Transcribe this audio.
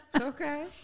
Okay